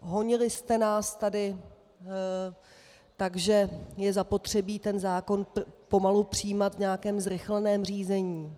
Honili jste nás tady tak, že je zapotřebí ten zákon pomalu přijímat v nějakém zrychleném řízení.